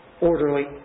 orderly